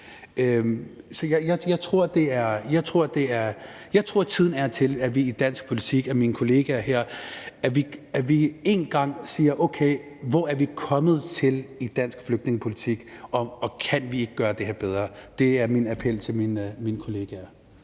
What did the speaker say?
Jeg tror, tiden er til, at vi en gang for alle i dansk politik siger: Okay, hvor vi er kommet til i dansk flygtningepolitik, og kan vi ikke gøre det her bedre? Det er min appel til min kollegaer.